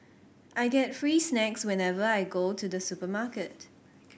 I get free snacks whenever I go to the supermarket